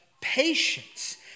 patience